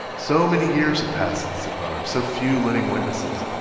so many years had passed since the crime, so few living witnesses.